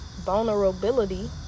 vulnerability